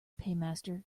paymaster